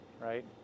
right